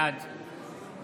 בעד